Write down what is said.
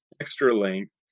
extra-length